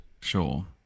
Sure